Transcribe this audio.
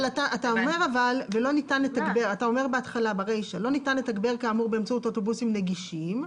אבל אתה אומר ברישא: לא ניתן לתגבר כאמור באמצעות אוטובוסים נגישים.